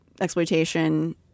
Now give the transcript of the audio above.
exploitation